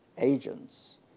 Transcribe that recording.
agents